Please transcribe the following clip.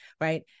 right